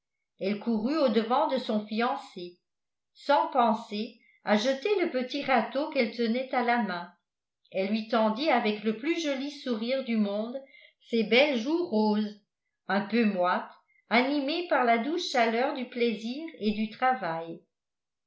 elle courut au-devant de son fiancé sans penser à jeter le petit râteau qu'elle tenait à la main elle lui tendit avec le plus joli sourire du monde ses belles joues rosés un peu moites animées par la douce chaleur du plaisir et du travail